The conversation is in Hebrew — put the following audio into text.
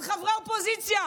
על חברי אופוזיציה,